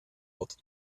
ort